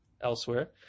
elsewhere